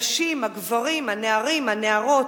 הנשים, הגברים, הנערים, הנערות,